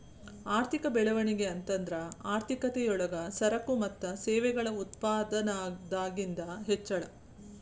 ಆರ್ಥಿಕ ಬೆಳವಣಿಗೆ ಅಂತಂದ್ರ ಆರ್ಥಿಕತೆ ಯೊಳಗ ಸರಕು ಮತ್ತ ಸೇವೆಗಳ ಉತ್ಪಾದನದಾಗಿಂದ್ ಹೆಚ್ಚಳ